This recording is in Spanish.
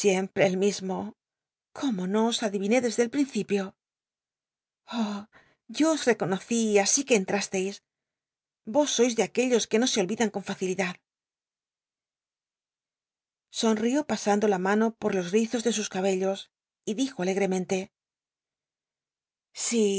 siempre el misltlo cómo no os adiviné desde el ptincipio oh yo os econocí así que entrasteis vos sois de aquellos que no se olridan con facilidad sonrió pasa ndo la mano por jos rizos de sus cabellos y dijo alegtemente